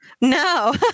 No